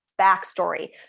backstory